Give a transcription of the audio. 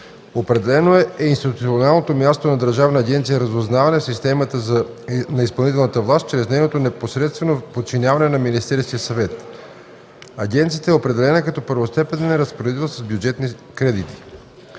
Определено е институционалното място на Държавна агенция „Разузнаване” в системата на изпълнителната власт чрез нейното непосредствено подчиняване на Министерския съвет. Агенцията е определена като първостепенен разпоредител с бюджетни кредити.